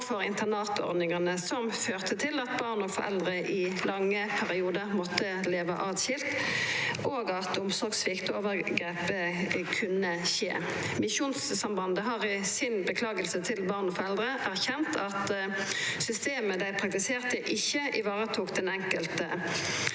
for internatordningane som førte til at barn og foreldre i lange periodar måtte leva åtskilde, og at omsorgssvikt og overgrep kunne skje. Misjonssambandet har i si orsaking til barn og foreldre erkjent at systemet dei praktiserte, ikkje varetok behovet